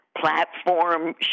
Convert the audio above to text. platform